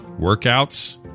Workouts